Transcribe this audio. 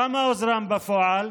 כמה הוזרם בפועל?